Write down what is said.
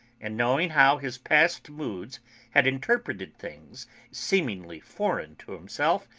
and, knowing how his past moods had interpreted things seemingly foreign to himself,